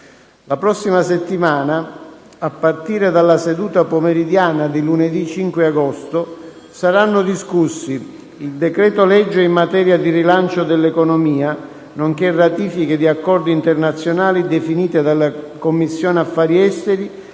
La prossima settimana, a partire dalla seduta pomeridiana di lunedı 5 agosto, saranno discussi il decreto-legge in materia di rilancio dell’economia, nonche´ ratifiche di accordi internazionali definite dalla Commissione affari esteri